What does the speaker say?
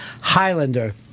Highlander